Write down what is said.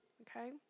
okay